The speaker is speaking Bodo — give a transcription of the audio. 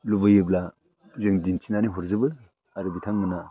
लुबैयोब्ला जों दिन्थिनानै हरजोबो आरो बिथां मोना